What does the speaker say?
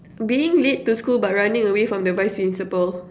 being late to school but running away from the vice principal